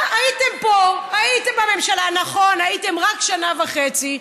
הייתם פה, הייתם בממשלה, נכון, הייתם רק שנה וחצי.